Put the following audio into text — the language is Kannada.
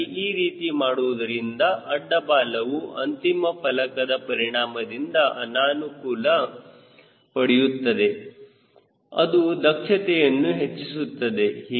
ಹೀಗಾಗಿ ಈ ರೀತಿ ಮಾಡುವುದರಿಂದ ಅಡ್ಡ ಬಾಲವು ಅಂತಿಮ ಫಲಕದ ಪರಿಣಾಮದಿಂದ ಅನುಕೂಲವನ್ನು ಪಡೆಯುತ್ತದೆ ಅದು ದಕ್ಷತೆಯನ್ನು ಹೆಚ್ಚಿಸುತ್ತದೆ